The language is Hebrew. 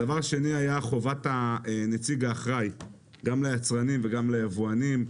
הדבר השני היה חובת נציג האחראי גם ליצרנים וגם ליבואנים.